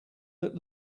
that